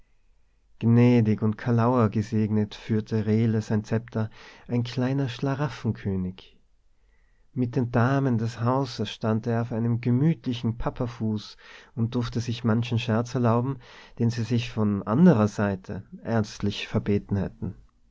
und kalauergesegnet führte rehle sein zepter ein kleiner schlaraffenkönig mit den damen des hauses stand er auf einem gemütlichen papafuß und durfte sich manchen scherz erlauben den sie sich von anderer seite ernstlich verbeten hätten